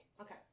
Okay